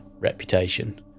reputation